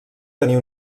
tenir